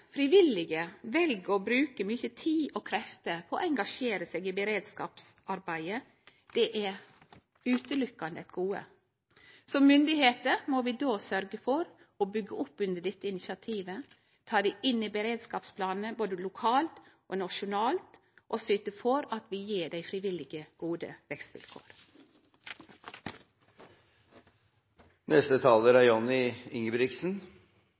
på å engasjere seg i beredskapsarbeidet, er utelukkande eit gode. Som myndigheiter må vi då sørgje for å byggje opp under dette initiativet, ta det inn i beredskapsplanane både lokalt og nasjonalt, og syte for at vi gjev dei frivillige gode vekstvilkår. Jeg synes det er